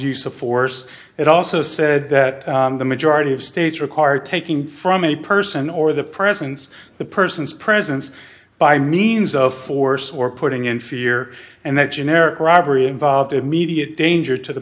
use of force it also said that the majority of states require taking from a person or the presence the person's presence by means of force or putting in fear and that generic robbery involved immediate danger to the